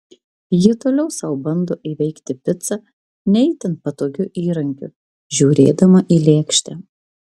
ji toliau sau bando įveikti picą ne itin patogiu įrankiu žiūrėdama į lėkštę